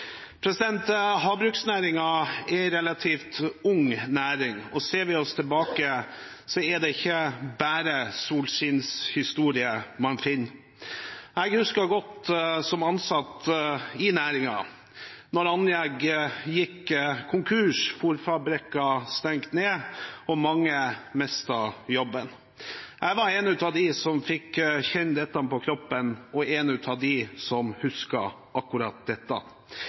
er en relativt ung næring, og ser vi oss tilbake, er det ikke bare solskinnshistorier man finner. Jeg husker godt som ansatt i næringen da anlegg gikk konkurs, fabrikker stengte ned, og mange mistet jobben. Jeg var en av dem som fikk kjenne dette på kroppen, og en av dem som husker akkurat dette.